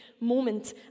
moment